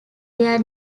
their